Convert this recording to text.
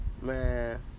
Man